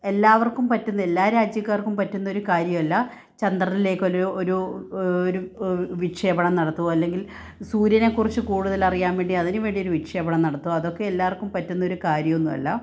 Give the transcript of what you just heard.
എല്ലാവർക്കും പറ്റുന്ന എല്ലാ രാജ്യക്കാർക്കും പറ്റുന്നൊരു കാര്യമല്ല ചന്ദ്രനിലേക്ക് ഒരു ഒരു വിക്ഷേപണം നടത്തുകയോ അല്ലെങ്കിൽ സൂര്യനെക്കുറിച്ച് കൂടുതൽ അറിയാൻ വേണ്ടി അതിന് വേണ്ടി ഒരു വിക്ഷേപണം നടത്തും അതൊക്കെ എല്ലാവർക്കും പറ്റുന്നൊരു കാര്യമൊന്നും അല്ല